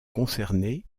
concernés